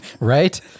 right